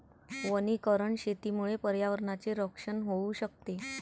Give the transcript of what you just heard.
वनीकरण शेतीमुळे पर्यावरणाचे रक्षण होऊ शकते